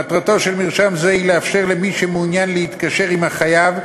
מטרתו של מרשם זה היא לאפשר למי שמעוניין להתקשר עם החייב,